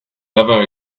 never